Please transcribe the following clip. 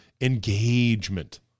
engagement